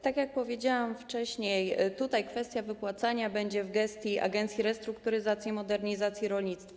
Tak jak powiedziałam wcześniej, kwestia wypłacania będzie w gestii Agencji Restrukturyzacji i Modernizacji Rolnictwa.